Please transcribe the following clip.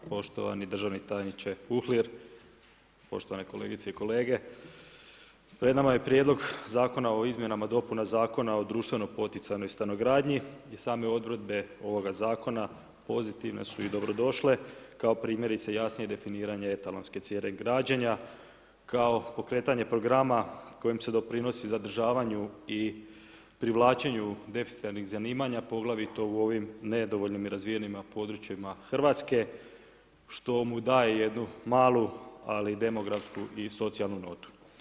Poštovani državni tajniče Uhlir, poštovane kolegice i kolege, pred nama je Prijedlog Zakona o izmjenama i dopunama Zakona o društveno poticanoj stanogradnji i same odredbe ovoga zakona pozitivne su i dobrodošle, kao primjerice jasnije definiranje etalonske cijene građenja, kao pokretanje programa, kojim se doprinosi zadržavanju i privlačenju deficitarnih zanimanja poglavito u ovim nedovoljno razvijenim područjima Hrvatske, što mu daje jednu malu ali demografsku i socijalnu notu.